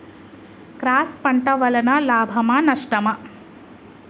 Cross పంట వలన లాభమా నష్టమా?